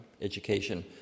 education